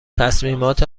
تصمیمات